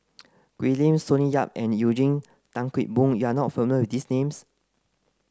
Ken Lim Sonny Yap and Eugene Tan Kheng Boon you are not familiar these names